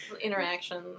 interactions